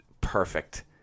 perfect